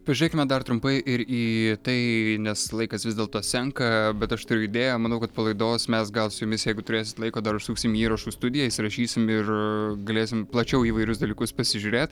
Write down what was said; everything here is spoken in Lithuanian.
pažiūrėkime dar trumpai ir į tai nes laikas vis dėlto senka bet aš turiu idėją manau kad po laidos mes gal su jumis jeigu turėsit laiko dar užsuksim į įrašų studiją įsirašysim ir galėsim plačiau įvairius dalykus pasižiūrėt